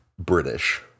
British